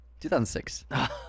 2006